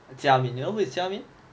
jia min you know who is jia min